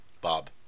Bob